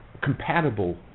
compatible